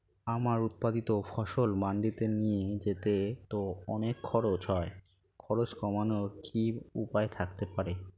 আমার উৎপাদিত ফসল মান্ডিতে নিয়ে যেতে তো অনেক খরচ হয় খরচ কমানোর কি উপায় থাকতে পারে?